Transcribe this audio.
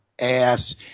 ass